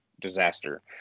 disaster